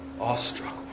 awestruck